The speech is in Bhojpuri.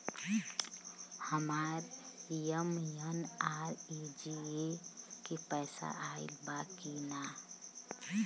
हमार एम.एन.आर.ई.जी.ए के पैसा आइल बा कि ना?